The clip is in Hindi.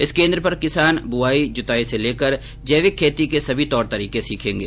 इस केंद्र पर किसान ब्रवाई जुताई से लेकर जैविक खेती के सभी तोर तरीके सीखेंगे